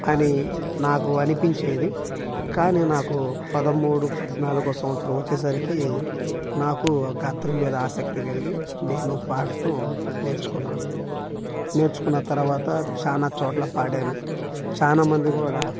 అని నాకు అనిపించేది కానీ నాకు పదమూడు పద్నాలుగో సంవత్సరం వచ్చేసరికి నాకు గాత్రం మీద ఆసక్తి కలిగి నేను పాడతం నేర్చుకున్నాను నేర్చుకున్న తర్వాత చానా చోట్ల పాడాను చానామంది కూడా